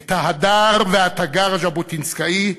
את ה"הדר" וה"תגר" הז'בוטינסקאי,